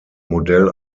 modell